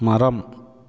மரம்